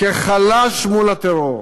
כחלש מול הטרור.